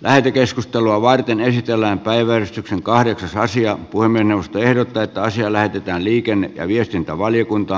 lähetekeskustelua varten kehitellään päivän kahdeksan saisi apua minusta ehdotetaan siellä pitää liikenne ja viestintävaliokuntaan